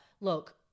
look